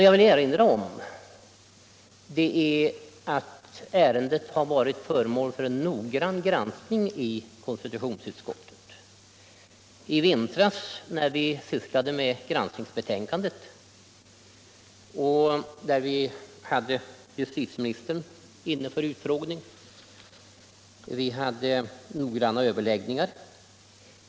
Jag vill erinra om att ärendet varit föremål för en noggrann granskning i konstitutionsutskottet. I vintras när vi arbetade med granskningsbetänkandet hade vi justitieministern i utskottet för utfrågning.